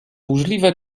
burzliwe